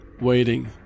waiting